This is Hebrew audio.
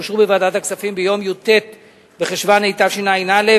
אושרו בוועדת הכספים ביום י"ט בחשוון התשע"א,